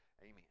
amen